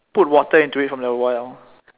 put water into it from the well